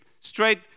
straight